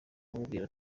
amubwira